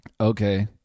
Okay